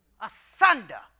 asunder